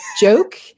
joke